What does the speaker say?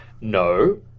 No